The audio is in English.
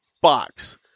box